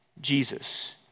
Jesus